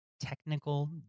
technical